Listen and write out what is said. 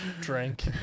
Drink